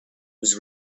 was